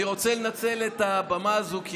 אני רוצה לנצל את הבמה הזאת,